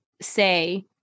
say